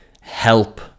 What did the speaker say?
help